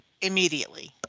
immediately